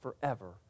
forever